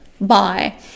Bye